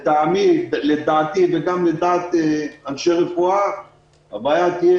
לדעתי וגם לדעת אנשי רפואה הבעיה תהיה